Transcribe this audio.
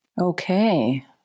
Okay